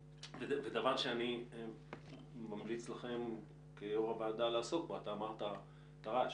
דבר שאני ממליץ לכם כיו"ר הוועדה לעסוק בו אתה אמרת תר"ש,